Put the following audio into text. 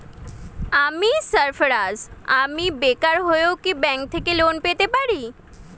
আমি সার্ফারাজ, আমি বেকার হয়েও কি ব্যঙ্ক থেকে লোন নিতে পারি?